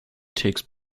takes